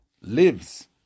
lives